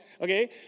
Okay